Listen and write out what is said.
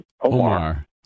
Omar